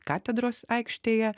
katedros aikštėje